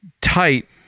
tight